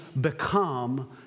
become